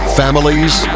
families